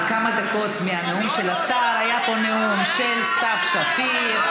אבל כמה דקות מהנאום של השר היה פה נאום של סתיו שפיר,